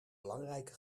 belangrijke